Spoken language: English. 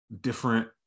different